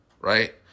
Right